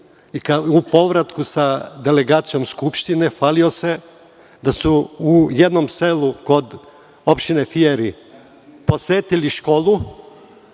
i u povratku sa delegacijom Skupštine hvalio se da su u jednom selu kod opštine Fijeri posetili školu